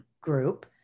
Group